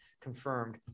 confirmed